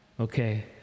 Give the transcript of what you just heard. okay